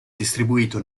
distribuito